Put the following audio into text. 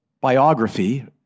biography